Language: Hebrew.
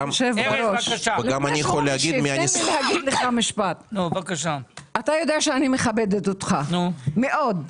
אדוני היושב-ראש, אתה יודע שאני מכבדת אותך מאוד.